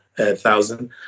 thousand